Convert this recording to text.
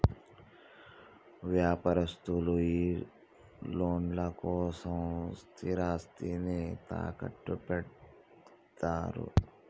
వ్యాపారస్తులు ఈ లోన్ల కోసం స్థిరాస్తిని తాకట్టుపెడ్తరు